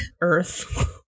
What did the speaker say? Earth